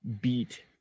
beat